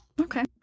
Okay